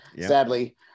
sadly